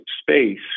space